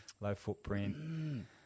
low-footprint